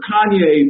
Kanye